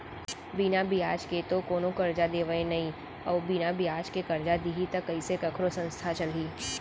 बिना बियाज के तो कोनो करजा देवय नइ अउ बिना बियाज के करजा दिही त कइसे कखरो संस्था चलही